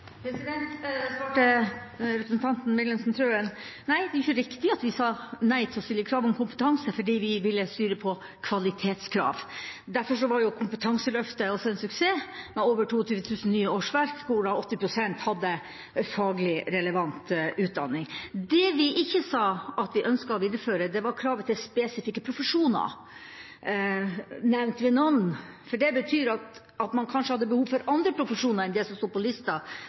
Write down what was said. representanten Wilhelmsen Trøen: Det er ikke riktig at vi sa nei til å stille krav om kompetanse fordi vi ville styre på kvalitetskrav. Derfor var også kompetanseløftet en suksess, med over 22 000 nye årsverk, hvor 80 pst. hadde relevant faglig utdanning. Det vi sa at vi ikke ønsket å videreføre, var kravet til spesifikke profesjoner nevnt ved navn, for det betyr at hvis man kanskje hadde behov for andre profesjoner enn det som sto på lista,